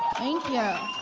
thank you.